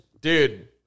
Dude